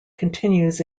continues